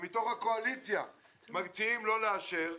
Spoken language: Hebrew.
מתוך הקואליציה מציעים לא לאשר.